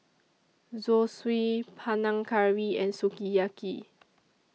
Zosui Panang Curry and Sukiyaki